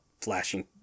flashing